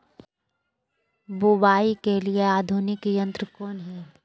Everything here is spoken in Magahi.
बुवाई के लिए आधुनिक यंत्र कौन हैय?